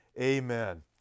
amen